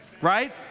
Right